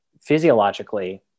physiologically